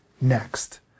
next